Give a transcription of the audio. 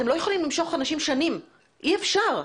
אתם לא יכולים למשוך אנשים שנים, אי אפשר.